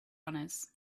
honors